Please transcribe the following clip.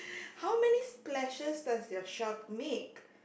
how many splashes does your shark make